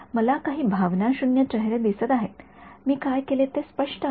मला काही भावनाशून्य चेहरे दिसत आहेत मी काय केले ते स्पष्ट आहे